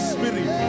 Spirit